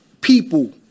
people